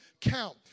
count